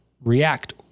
react